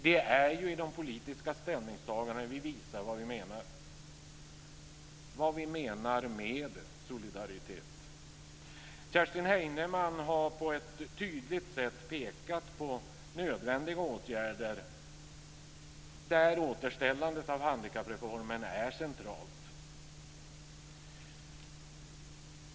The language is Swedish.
Det är ju i de politiska ställningstagandena vi visar vad vi menar med solidaritet. Kerstin Heinemann har på ett tydligt sätt pekat på nödvändiga åtgärder där återställandet av handikappreformen är centralt.